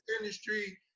industry